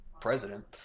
president